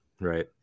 right